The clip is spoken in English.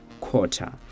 quarter